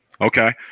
Okay